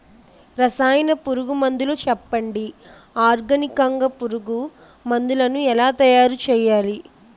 రసాయన పురుగు మందులు చెప్పండి? ఆర్గనికంగ పురుగు మందులను ఎలా తయారు చేయాలి?